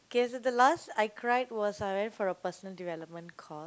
okay so the last I cried was I went for a personal development course